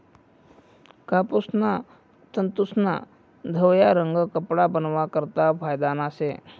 कापूसना तंतूस्ना धवया रंग कपडा बनावा करता फायदाना शे